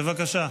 בבקשה.